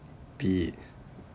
be it